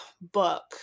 book